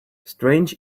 strange